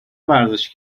ورزش